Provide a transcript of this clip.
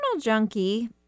junkie